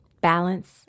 balance